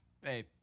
Hey